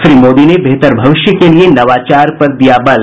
श्री मोदी ने बेहतर भविष्य के लिए नवाचार पर दिया बल